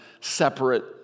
separate